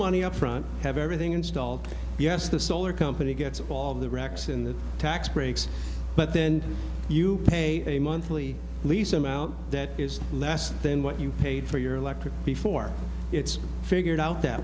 money up front have everything installed yes the solar company gets all the racks in the tax breaks but then you pay a monthly lease amount that is less than what you paid for your electric before it's figured out that